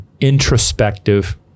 introspective